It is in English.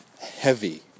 heavy